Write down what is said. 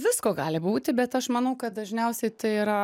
visko gali būti bet aš manau kad dažniausiai tai yra